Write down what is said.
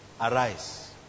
arise